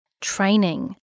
Training